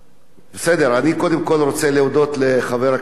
אני קודם כול רוצה להודות לחבר הכנסת חמד עמאר,